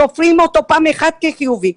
סופרים אותו פעם אחת כחיובי,